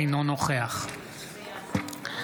אינו נוכח שמחה